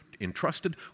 entrusted